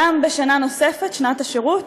גם בשנה נוספת, שנת השירות,